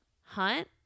hunt